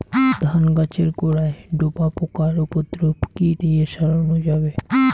ধান গাছের গোড়ায় ডোরা পোকার উপদ্রব কি দিয়ে সারানো যাবে?